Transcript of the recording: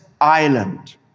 island